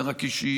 מקשיבים.